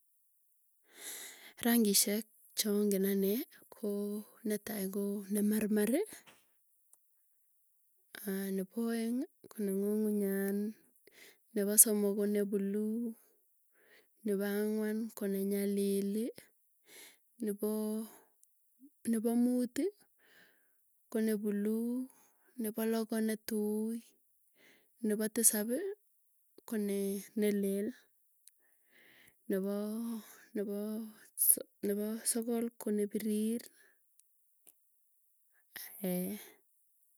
Rangishek changen anee, koo netai koo nemarmari, aah nepoaeng ko neng'ung'unyan, nepo somok ko ne blue, nepo angwan ko ne nyalili, nepoo nepo muuti koneblue, nepo loo ko netui, nepo tisapi, kone nelek. nepoo nepoo sokol ko nepirir, ee.